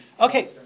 Okay